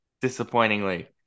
disappointingly